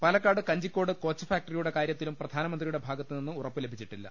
Palakkad Kanjikode coach ഫാക്ടറിയുടെ കാര്യ ത്തിലും പ്രധാനമന്ത്രിയുടെ ഭാഗത്തുനിന്ന് ഉറപ്പ് ലഭിച്ചി ട്ടില്ല